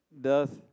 Doth